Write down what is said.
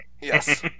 Yes